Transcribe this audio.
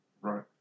Right